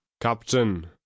captain